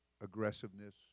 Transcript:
aggressiveness